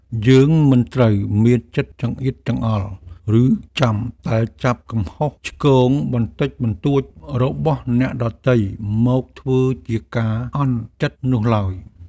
យើងមិនត្រូវមានចិត្តចង្អៀតចង្អល់ឬចាំតែចាប់កំហុសឆ្គងបន្តិចបន្តួចរបស់អ្នកដទៃមកធ្វើជាការអាក់អន់ចិត្តនោះឡើយ។